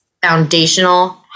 foundational